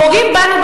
פוגעים בנו,